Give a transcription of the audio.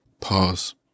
Pause